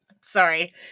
Sorry